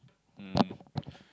um